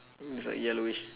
mm it's like yellowish